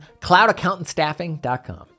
cloudaccountantstaffing.com